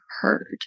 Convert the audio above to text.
heard